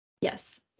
yes